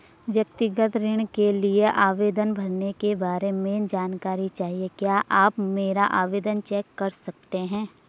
व्यक्तिगत ऋण के लिए आवेदन भरने के बारे में जानकारी चाहिए क्या आप मेरा आवेदन चेक कर सकते हैं?